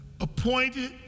appointed